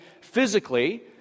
physically